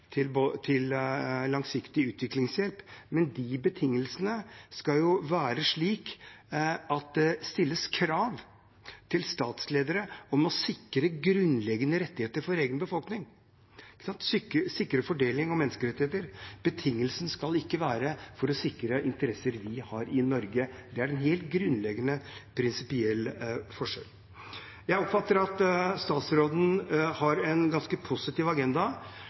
til langsiktig utviklingshjelp, men de betingelsene skal være slik at det stilles krav til statsledere om å sikre grunnleggende rettigheter for egen befolkning – sikre fordeling og menneskerettigheter. Betingelsene skal ikke være der for å sikre interesser vi i Norge har. Det er en helt grunnleggende og prinsipiell forskjell. Jeg oppfatter at statsråden har en ganske positiv agenda,